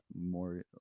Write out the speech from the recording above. more